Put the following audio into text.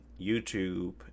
youtube